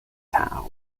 tau